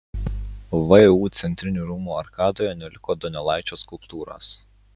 vu centrinių rūmų arkadoje neliko donelaičio skulptūros